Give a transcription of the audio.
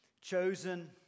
chosen